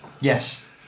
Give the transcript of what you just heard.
Yes